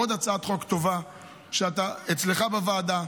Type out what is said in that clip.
עוד הצעת חוק טובה אצלך בוועדה,